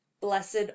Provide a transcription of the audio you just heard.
Blessed